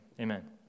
Amen